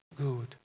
good